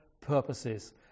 purposes